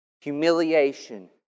humiliation